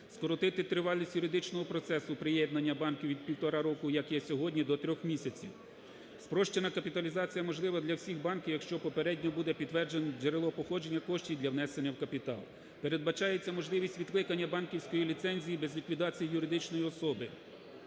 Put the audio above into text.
скоротити тривалість юридичного процесу приєднання банків від півтора року, як є сьогодні, до трьох місяців. Спрощена капіталізація можлива для всіх банків, якщо попередньо буде підтверджено джерело походження коштів для внесення в капітал. Передбачається можливість відкликання банківської ліцензії без ліквідації юридичної особи.